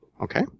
Okay